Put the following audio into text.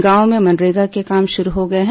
गांवों में मनरेगा के काम शुरू हो गए हैं